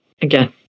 again